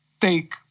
take